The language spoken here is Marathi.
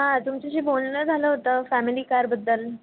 हां तुमच्याशी बोलणं झालं होतं फॅमिली कारबद्दल